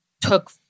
took